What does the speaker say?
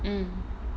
mm